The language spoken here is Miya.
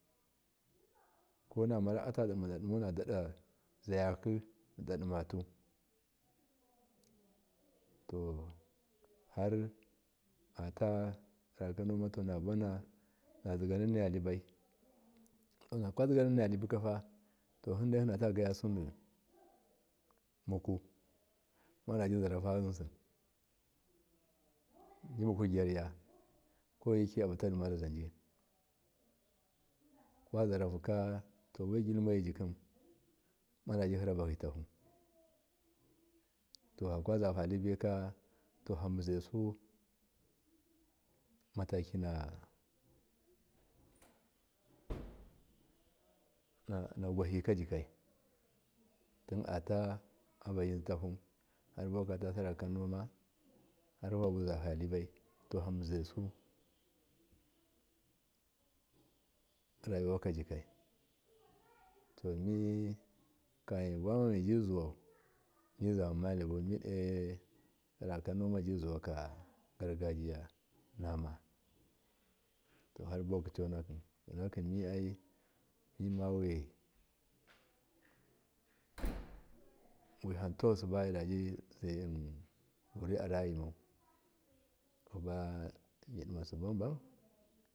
konamara atadadidadunau nadazayaki dida dimatu to har atasarakan moma nazinaruya wbai nakwa zinaniyau baikafa tohindaihina dagayasudi mukumadabizzarafa yinsi timuku gyarya kowai yeki abutadimaraji kwozarahuka gilmoyijikim madabihira bahitahu totakazafahli baika to fabasu matakina kwahikajikai tinata abazintitahu harbuwaka sar kan noma harfaza fa libai to fabuzaisu rayuwajikai to mi kamin mibuwama mibi zuwau mizuma libu mido ser akan noma ji zuwaka gar gajiyanama to harbu kiconaki mimawituwak mideziraarayi mau kwa pamidima sibabam.